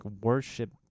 worship